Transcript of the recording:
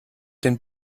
den